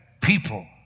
people